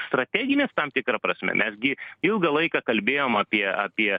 strateginis tam tikra prasme mes gi ilgą laiką kalbėjom apie apie